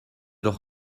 doch